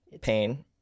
Pain